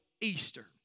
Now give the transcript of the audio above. Easter